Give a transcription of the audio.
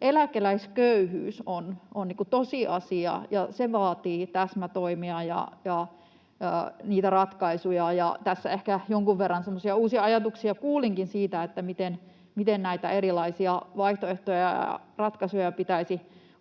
eläkeläisköyhyys on tosiasia, ja se vaatii täsmätoimia ja niitä ratkaisuja. Ja tässä ehkä jonkun verran semmoisia uusia ajatuksia kuulinkin siitä, miten näitä erilaisia vaihtoehtoja ja ratkaisuja,